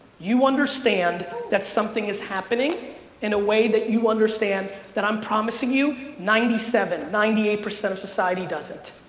you understand that something is happening in a way that you understand that i'm promising you ninety seven, ninety eight percent of society doesn't.